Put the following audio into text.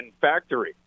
factory